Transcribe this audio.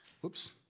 Whoops